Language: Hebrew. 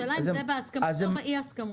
השאלה היא אם זה בהסכמות או באי הסכמות.